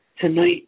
Tonight